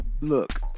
Look